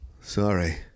Sorry